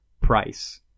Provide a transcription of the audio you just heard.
price